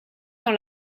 dans